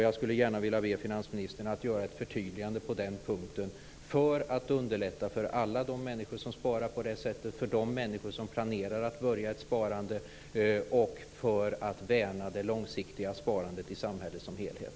Jag skulle vilja be finansministern att göra ett förtydligande på den punkten för att underlätta för alla de människor som sparar på det sättet och för de människor som planerar att börja spara och för att värna det långsiktiga sparandet i samhället som helhet.